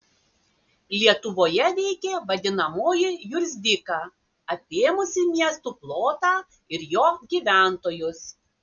lietuvoje veikė vadinamoji jurzdika apėmusi miestų plotą ir jo gyventojus